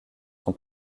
son